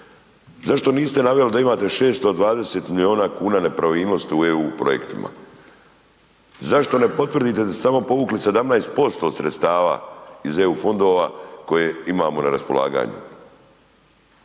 Zašto niste naveli da imate 620 milijuna kuna nepravilnosti u EU projektima? Zašto ne potvrdite da ste samo povukli 17% sredstva iz EU fondova koje imamo na raspolaganju?